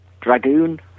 Dragoon